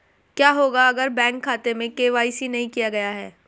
क्या होगा अगर बैंक खाते में के.वाई.सी नहीं किया गया है?